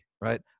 right